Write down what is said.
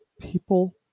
People